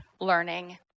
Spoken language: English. learning